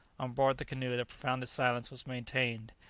on board the canoe the profoundest silence was maintained.